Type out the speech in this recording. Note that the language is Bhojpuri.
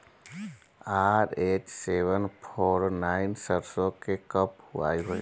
आर.एच सेवेन फोर नाइन सरसो के कब बुआई होई?